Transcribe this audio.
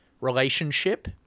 relationship